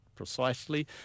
precisely